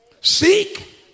Seek